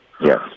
Yes